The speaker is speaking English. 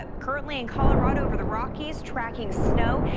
ah currently in colorado over the rockies, tracking snow.